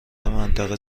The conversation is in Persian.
منطقه